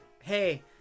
hey